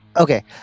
Okay